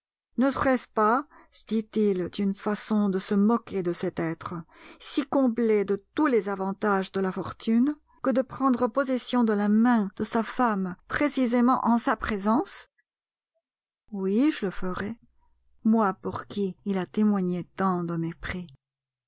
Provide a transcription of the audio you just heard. ne serait-ce pas se dit-il une façon de se moquer de cet être si comblé de tous les avantages de la fortune que de prendre possession de la main de sa femme précisément en sa présence oui je le ferai moi pour qui il a témoigné tant de mépris